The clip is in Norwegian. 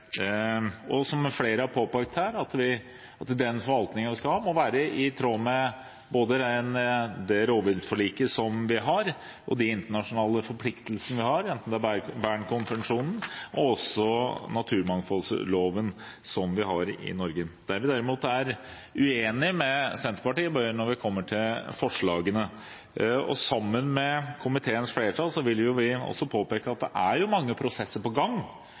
Som flere har påpekt her, må den forvaltningen vi skal ha, være i tråd med både det rovviltforliket vi har, og de internasjonale forpliktelsene vi har – både Bern-konvensjonen og naturmangfoldloven, som vi har i Norge. Der vi derimot er uenig med Senterpartiet, er når det kommer til forslagene. Sammen med komiteens flertall vil vi påpeke at det er mange prosesser på gang